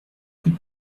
coup